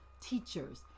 teachers